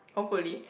hopefully